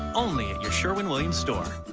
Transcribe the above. only at your sherwin-williams store.